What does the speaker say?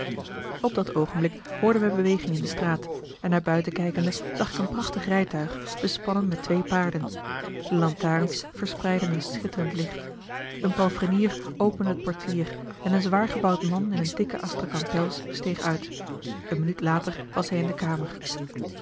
op dat oogenblik hoorden wij beweging in de straat en naar buiten kijkende zag ik een prachtig rijtuig bespannen met twee paarden de lantaarns verspreidden een schitterend licht een palfrenier opende het portier en een zwaargebouwd man in een dikke astrakan pels steeg uit een minuut later was hij in de kamer